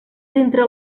dintre